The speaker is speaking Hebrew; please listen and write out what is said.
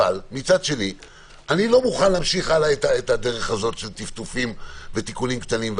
אבל מצד שני אני לא מוכן להמשיך את הדרך של טפטופים ותיקונים קטנים.